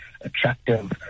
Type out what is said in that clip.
attractive